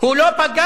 הוא לא פגע